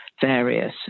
various